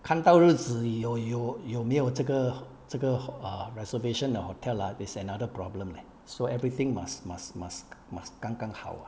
看到日子有有有没有这个这个 [ho] reservation the hotel ah is another problem leh so everything must must must must 刚刚好 ah